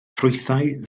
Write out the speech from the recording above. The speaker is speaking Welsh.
ffrwythau